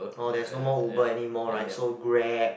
orh there's no more Uber anymore right so Grab